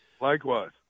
Likewise